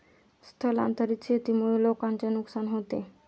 स्थलांतरित शेतीमुळे लोकांचे नुकसान होते